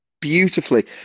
beautifully